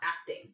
acting